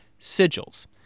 sigils